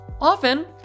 Often